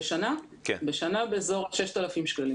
בשנה באזור ה-6,000 ₪.